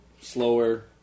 slower